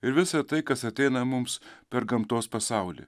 ir visa tai kas ateina mums per gamtos pasaulį